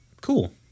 cool